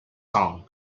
song